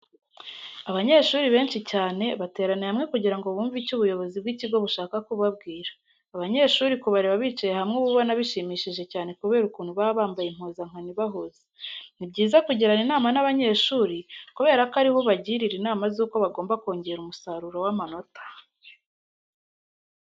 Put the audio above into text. Abanyeshuri benshi cyane bateraniye hamwe kugira ngo bumve icyo ubuyobozi bw'ikigo bushaka kubabwira. Abanyeshuri kubareba bicaye hamwe uba ubona bishimishije cyane kubera ukuntu baba bambaye impuzankano ibahuza. Ni byiza kugirana inama n'abanyeshuri kubera ko ari ho ubagirira inama z'uko bagomba kongera umusaruro w'amanota.